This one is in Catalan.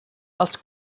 els